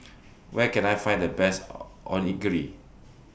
Where Can I Find The Best Onigiri